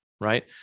right